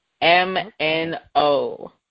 M-N-O